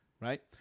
Right